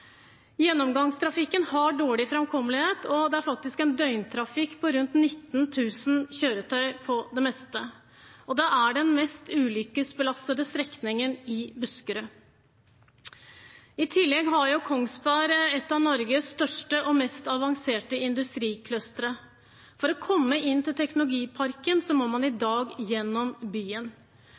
Gjennomgangstrafikken har dårlig framkommelighet, og det er faktisk en døgntrafikk på rundt 19 000 kjøretøyer på det meste. Dette er den mest ulykkesbelastede strekningen i Buskerud. I tillegg har Kongsberg en av Norges største og mest avanserte industriclustre. For å komme til teknologiparken må man i dag gjennom byen.